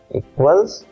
equals